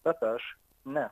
bet aš ne